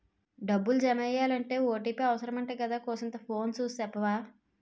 డబ్బులు జమెయ్యాలంటే ఓ.టి.పి అవుసరమంటగదా కూసంతా ఫోను సూసి సెప్పవా